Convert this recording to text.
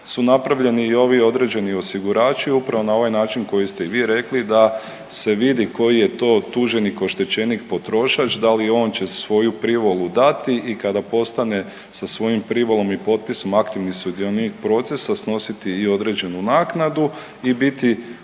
su napravljeni i ovi određeni osigurači upravo na ovaj način koji ste i vi rekli, da se vidi koji je to tuženik, oštećenik, potrošač, da li on će svoju privolu dati i kada postane sa svojom privolom i potpisom aktivni sudionik procesa snositi i određenu naknadu i biti